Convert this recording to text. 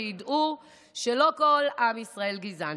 שידעו שלא כל עם ישראל גזען.